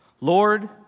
Lord